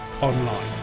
online